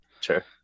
Sure